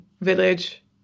village